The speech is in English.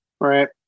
Right